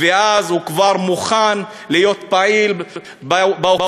ואז הוא כבר מוכן להיות פעיל באוכלוסייה,